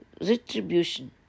retribution